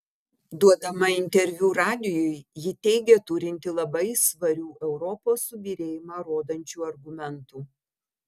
duodama interviu radijui ji teigė turinti labai svarių europos subyrėjimą rodančių argumentų